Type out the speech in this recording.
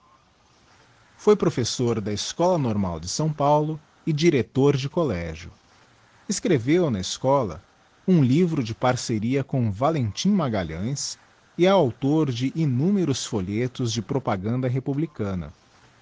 foi professor da escola normal de s paulo e director de collegio escreveu na escola um livro de parceria com valentim magalhães e é auctor de innumeros folhetos de propaganda republicana